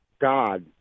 God